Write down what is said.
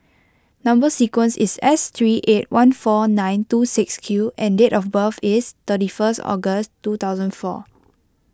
Number Sequence is S three eight one four nine two six Q and date of birth is thirty first October two thousand four